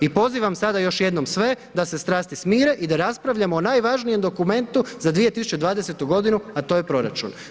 I pozivam sada još jednom sve da se strasti smire i da raspravljamo o najvažnijem dokumentu za 2020. g. a to je proračun.